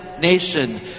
nation